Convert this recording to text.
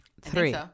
Three